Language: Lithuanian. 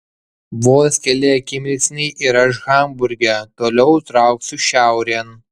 vos keli akimirksniai ir aš hamburge toliau trauksiu šiaurėn